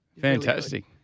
fantastic